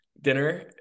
dinner